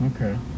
okay